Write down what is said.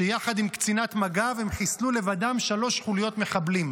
שיחד עם קצינת מג"ב הם חיסלו לבדם שלוש חוליות מחבלים.